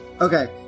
Okay